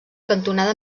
cantonada